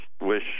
wish